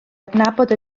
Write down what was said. adnabod